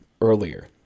earlier